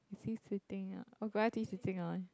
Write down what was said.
is he sitting uh is he sitting on